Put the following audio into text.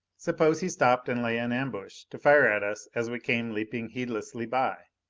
suppose he stopped and lay in ambush to fire at us as we came leaping heedlessly by?